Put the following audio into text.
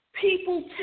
people